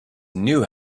knew